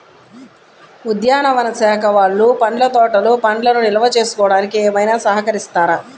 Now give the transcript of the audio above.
ఉద్యానవన శాఖ వాళ్ళు పండ్ల తోటలు పండ్లను నిల్వ చేసుకోవడానికి ఏమైనా సహకరిస్తారా?